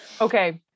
Okay